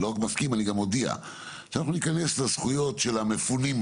אני גם אודיע שאנחנו ניכנס לזכויות של המפונים,